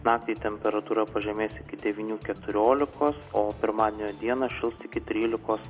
naktį temperatūra pažemės iki devynių keturiolikos o pirmadienio dieną šils iki trylikos